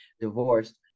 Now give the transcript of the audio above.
divorced